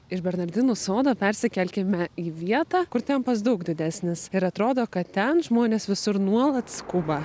iš bernardinų sodo persikelkime į vietą kur tempas daug didesnis ir atrodo kad ten žmonės visur nuolat skuba